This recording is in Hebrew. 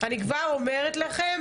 אני מציין לפרוטוקול,